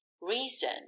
reason